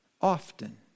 often